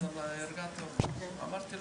הרגעתי אותה ואמרתי: